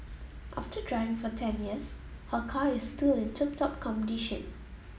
after driving for ten years her car is still in tip top condition